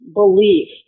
belief